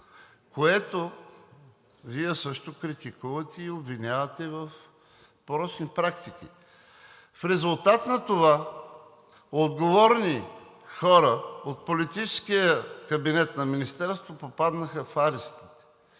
което Вие също критикувате и обвинявате в порочни практики. В резултат на това отговорни хора от политическия кабинет на Министерството попаднаха в арестите.